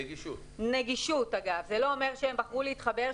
זה לא אומר שהם בחרו להתחבר.